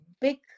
big